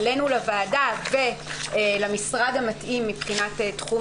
אלינו לוועדה ולמשרד המתאים מבחינת תחום